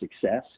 success